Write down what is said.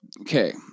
okay